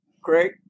Great